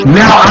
now